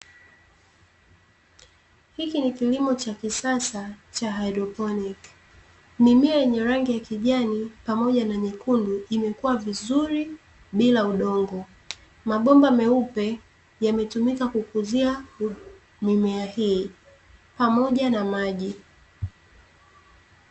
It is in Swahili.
Hiki ni kilimo cha kisasa cha haidroponiki. Mimea yenye rangi ya kijani, pamoja na nyekundu imekua vizuri bila udongo. Mabomba meupe yametumika kukuzia mimea hii, pamoja na maji.